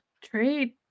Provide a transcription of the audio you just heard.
trade